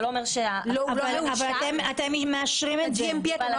זה לא אומר --- אבל אתם מאשרים את זה ברישיון.